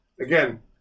again